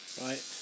right